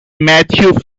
matthew